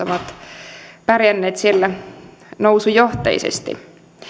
ovat pärjänneet siellä nousujohteisesti